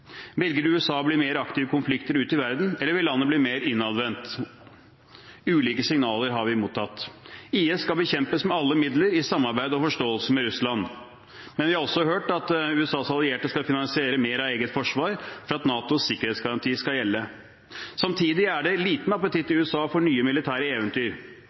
Velger USA å bli mer aktiv i konflikter ute i verden, eller vil landet bli mer innadvendt? Ulike signaler har vi mottatt. IS skal bekjempes med alle midler i samarbeid og forståelse med Russland. Men vi har også hørt at USAs allierte skal finansiere mer av eget forsvar for at NATOs sikkerhetsgaranti skal gjelde. Samtidig er det liten appetitt i USA på nye militære eventyr.